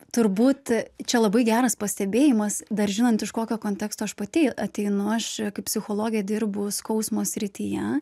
turbūt čia labai geras pastebėjimas dar žinant iš kokio konteksto aš pati ateinu aš kaip psichologė dirbu skausmo srityje